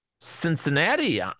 Cincinnati